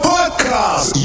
Podcast